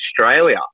Australia